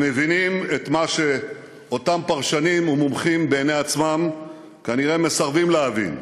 הם מבינים את מה שאותם פרשנים ומומחים בעיני עצמם כנראה מסרבים להבין,